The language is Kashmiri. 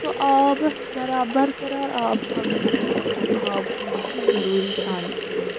سُہ آبَس بَرا برقرار آب تھاونہٕ خٲطرٕ چھُ آب چیٛون تہِ ضروٗری سانہِ خٲطرٕ